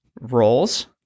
roles